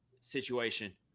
situation